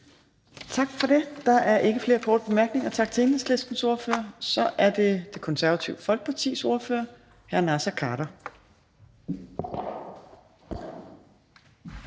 Tak for det. Der er ikke flere korte bemærkninger. Tak til Enhedslistens ordfører. Så er det Det Konservative Folkepartis ordfører, hr. Naser Khader.